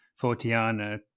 Fortiana